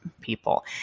people